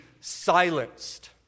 silenced